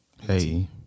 Hey